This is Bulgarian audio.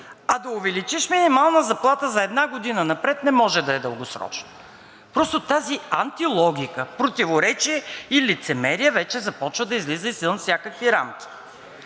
а да увеличиш минималната заплата за една година напред не може да е дългосрочно. Просто тази антилогика, противоречие и лицемерие вече започват да излизат извън всякакви рамки.